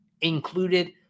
included